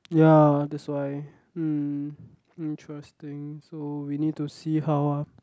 ya that's why mm interesting so we need to see how ah